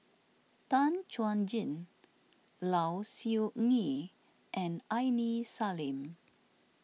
Tan Chuan Jin Low Siew Nghee and Aini Salim